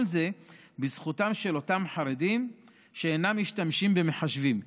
וכל זה בזכותם של אותם חרדים שאינם משתמשים במחשבים.